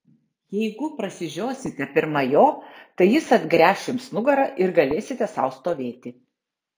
jeigu prasižiosite pirma jo tai jis atgręš jums nugarą ir galėsite sau stovėti